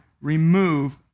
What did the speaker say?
remove